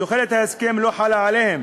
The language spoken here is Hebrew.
והוא לא חל עליהם